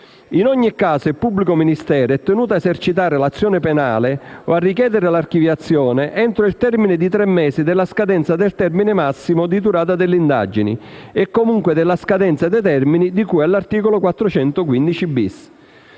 «In ogni caso il pubblico ministero è tenuto a esercitare l'azione penale o a richiedere l'archiviazione entro il termine di tre mesi dalla scadenza del termine massimo di durata delle indagini e comunque dalla scadenza dei termini di cui all'articolo 415-*bis*.